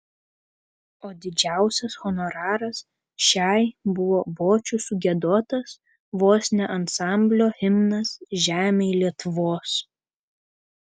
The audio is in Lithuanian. o didžiausias honoraras šiai buvo bočių sugiedotas vos ne ansamblio himnas žemėj lietuvos